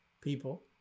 people